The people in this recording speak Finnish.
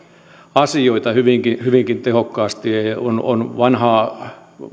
asioita hyvinkin hyvinkin tehokkaasti ja on vanhaa